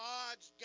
God's